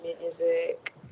music